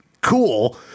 cool